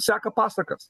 seka pasakas